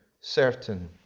certain